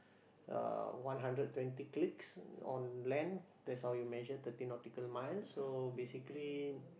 uh one hundred twenty clicks on land that's how you measure thirty nautical miles so basically